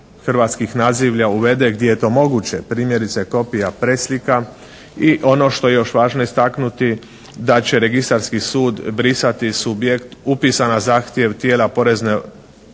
hrvatskih nazivlja uvede gdje je to moguće, primjerice: kopija – preslika, i ono što je još važno istaknuti da će registarski sud brisati subjekt upisan na zahtjev tijela za porezne